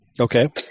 Okay